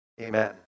Amen